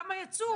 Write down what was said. כמה יצאו?